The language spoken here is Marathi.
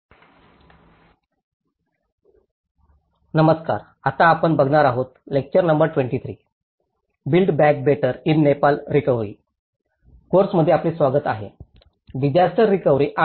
डिसास्टर रिकव्हरी आणि बिल्ड बॅक बेटर कोर्स मध्ये आपले स्वागत आहे